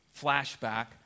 flashback